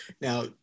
Now